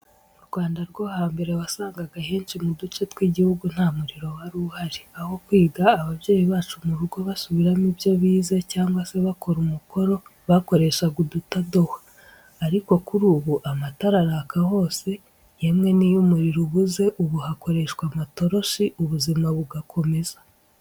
Mu Rwanda rwo hambere, wasangaga henshi mu duce tw’igihugu nta muriro wari uhari. Aho kwiga ababyeyi bacu mu rugo basubiramo ibyo bize cyangwa se bakora umukoro, barakoreshaga udutadowa. Ariko kuri ubu, amatara araka hose, yewe n’iyo umuriro ubuze, ubu hakoreshwa amatoroshi, ubuzima bugakomeza.